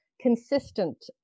consistent